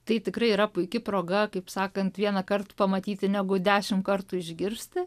tai tikrai yra puiki proga kaip sakant vienąkart pamatyti negu dešim kartų išgirsti